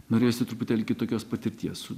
norėjosi truputėlį kitokios patirties su